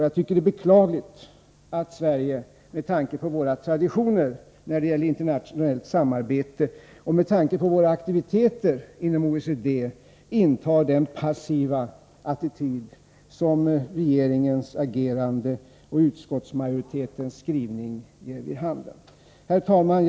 Jag tycker det är beklagligt, med tanke på våra traditioner när det gäller internationellt samarbete och med tanke på våra aktiviteter inom OECD, att Sverige intar den passiva attityd som regeringens agerande och utskottsmajoritetens skrivning ger vid handen. Herr talman!